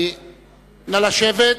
נא לשבת.